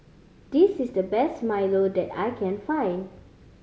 this is the best milo that I can find